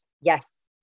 Yes